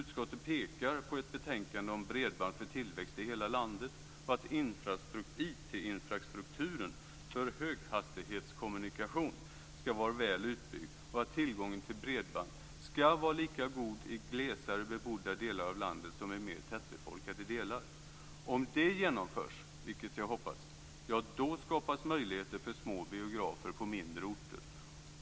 Utskottet pekar på ett betänkande, Bredband för tillväxt i hela landet, på att IT-infrastrukturen för höghastighetskommunikation ska vara väl utbyggd och på att tillgången till bredband ska vara lika god i glesare bebodda delar av landet som i mer tätbefolkade delar. Om detta genomförs, vilket jag hoppas, skapas möjligheter för små biografer på mindre orter.